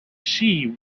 she